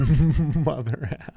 Mother